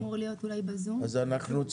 אולי אמור להיות ב-זום.